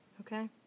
Okay